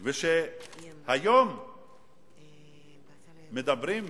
כשהיום מדברים,